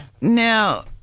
Now